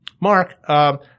Mark –